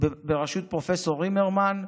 בראשות פרופ' רימרמן,